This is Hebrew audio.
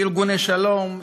ארגוני שלום,